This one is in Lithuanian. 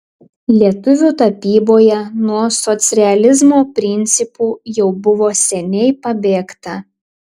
lietuvių tapyboje nuo socrealizmo principų jau buvo seniai pabėgta